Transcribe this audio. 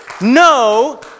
no